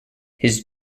his